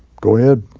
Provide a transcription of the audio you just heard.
go ahead.